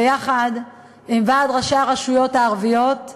ביחד עם ועד ראשי הרשויות הערביות,